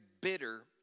bitter